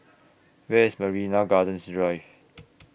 Where IS Marina Gardens Drive